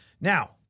Now